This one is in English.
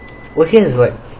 O_C_S is what